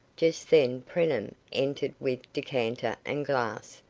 just then preenham entered with decanter and glass,